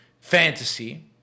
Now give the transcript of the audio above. fantasy